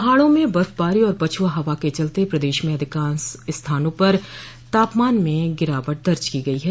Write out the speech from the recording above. पहाड़ों में बर्फबारी और पछुआ हवा के चलते प्रदेश में अधिकांश स्थानों पर तापमान में गिरावट दर्ज की गई है